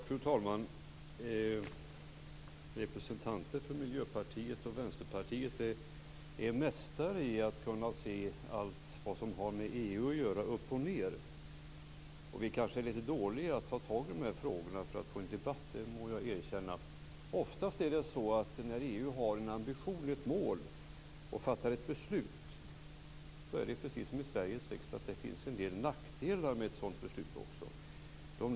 Fru talman! Representanter för Miljöpartiet och Vänsterpartiet är mästare i att se allt vad som har med EU att göra upp och ned. Vi är kanske lite dåliga på att ta tag i de frågorna för att få en debatt. Det kan jag erkänna. När EU har en ambition och ett mål och fattar ett beslut är det oftast så, precis som i Sveriges riksdag, att det finns en del nackdelar med ett sådant beslut också.